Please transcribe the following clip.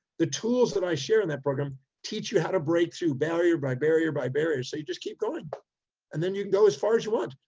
the tools that i share in that program teach you how to break through barrier by barrier, by barrier. so you just keep going and then you can go as far as you want.